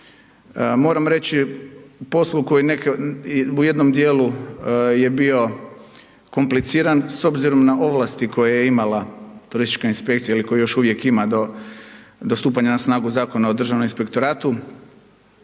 Moram reći u poslu koji neke u jednom dijelu je bio kompliciran s obzirom na ovlasti koje je imala turistička inspekcija ili koje još uvijek ima do stupanja na snagu Zakona o Državnom inspektoratu.